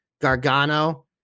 Gargano